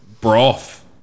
broth